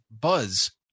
buzz